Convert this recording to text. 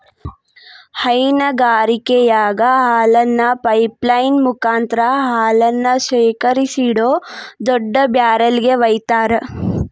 ಹೈನಗಾರಿಕೆಯಾಗ ಹಾಲನ್ನ pipeline ಮುಕಾಂತ್ರ ಹಾಲನ್ನ ಶೇಖರಿಸಿಡೋ ದೊಡ್ಡ ಬ್ಯಾರೆಲ್ ಗೆ ವೈತಾರ